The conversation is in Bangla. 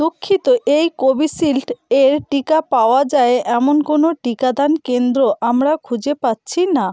দুঃখিত এই কোভিশিল্ড এর টিকা পাওয়া যায় এমন কোনো টিকাদান কেন্দ্র আমরা খুঁজে পাচ্ছি না